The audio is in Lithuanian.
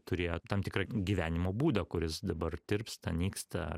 turėjo tam tikrą gyvenimo būdą kuris dabar tirpsta nyksta